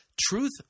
Truth